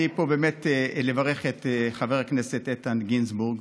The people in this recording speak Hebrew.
אני פה באמת כדי לברך את חבר הכנסת איתן גינזבורג,